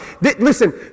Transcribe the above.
Listen